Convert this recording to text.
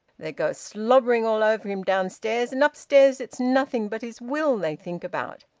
they go slobbering all over him downstairs, and upstairs it's nothing but his will they think about.